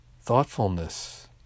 thoughtfulness